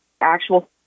actual